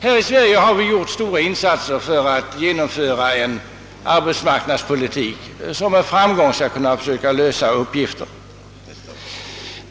Här i Sverige har gjorts stora insatser för att genomföra en arbetsmarknadspolitik som med framgång skall kunna lösa uppgifterna.